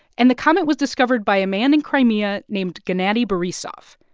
and the comet was discovered by a man in crimea named gennady borisov.